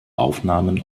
aufnahmen